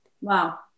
Wow